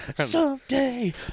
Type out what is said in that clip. Someday